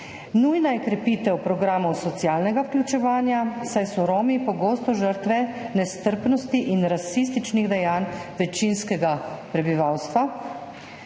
Nujna je krepitev programov socialnega vključevanja, saj so Romi pogosto žrtve nestrpnosti in rasističnih dejanj večinskega prebivalstva,